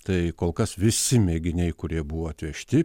tai kol kas visi mėginiai kurie buvo atvežti